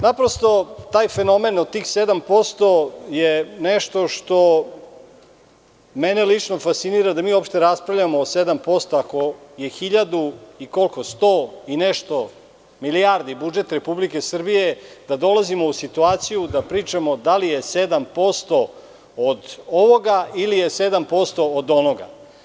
Naprosto, taj fenomen od tih 7% je nešto što mene lično fascinira, da mi uopšte raspravljamo o 7% i ako je hiljadu i nešto milijardi budžet Republike Srbije, da dolazimo u situaciju da pričamo da li je 7% od ovoga ili je 7% od onoga.